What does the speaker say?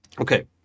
Okay